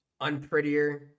unprettier